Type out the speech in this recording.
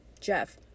Jeff